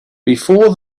before